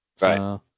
Right